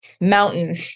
mountain